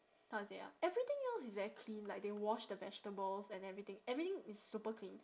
how to say ah everything else is very clean like they wash the vegetables and everything everything is super clean